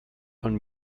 von